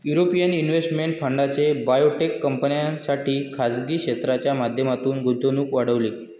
European investment फंडाने biotech कंपन्यांसाठी खासगी क्षेत्राच्या माध्यमातून गुंतवणूक वाढवली